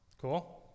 Cool